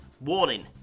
Warning